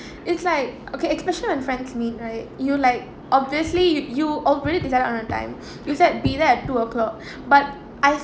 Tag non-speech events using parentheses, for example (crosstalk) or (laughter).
it's like okay especially when friends meet right you like obviously you already decided on the time (noise) you said be there at two o'clock but I